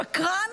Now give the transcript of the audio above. שקרן,